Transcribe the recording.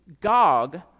Gog